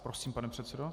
Prosím, pane předsedo.